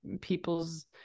people's